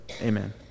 Amen